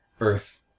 Earth